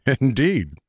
Indeed